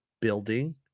building